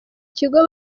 ikigo